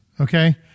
Okay